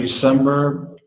December